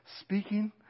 speaking